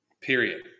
period